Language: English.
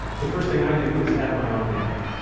the first thing i do is add my own name.